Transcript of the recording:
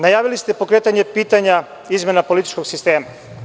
Najavili ste pokretanje pitanja izmena političkog sistema.